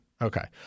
Okay